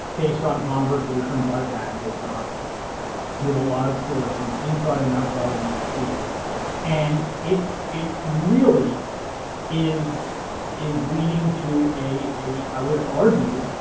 based on conversations i've had with ah with a lot of sources inside and outside of the fda. and it it really is is leading to a, i would argue,